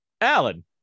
Alan